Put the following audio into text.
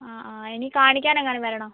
ഇനി കാണിക്കാനെങ്ങാനും വരണോ